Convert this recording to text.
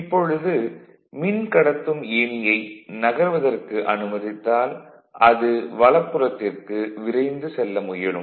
இப்பொழுது மின்கடத்தும் ஏணியை நகர்வதற்கு அனுமதித்தால் அது வலப்புறத்திற்கு விரைந்து செல்ல முயலும்